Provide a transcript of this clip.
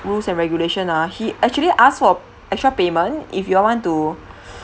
rules and regulation ah he actually ask for extra payment if you all want to